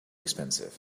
expensive